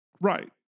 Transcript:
Right